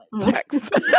text